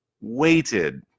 waited